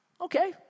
Okay